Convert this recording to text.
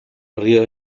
río